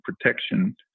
protection